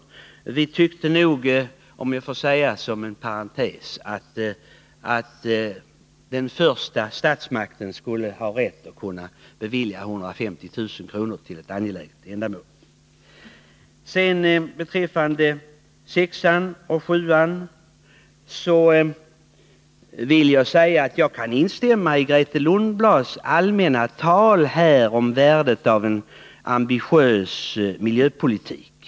Inom parentes kan jag säga att vi tyckte att den första statsmakten skulle ha rätt att bevilja 150 000 kr. till ett angeläget ändamål. Beträffande reservationerna 6 och 7 kan jag instämma i Grethe Lundblads allmänna tal om värdet av en ambitiös miljöpolitik.